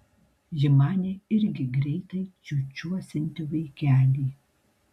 ji manė irgi greitai čiūčiuosianti vaikelį